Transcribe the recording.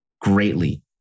greatly